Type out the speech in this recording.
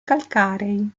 calcarei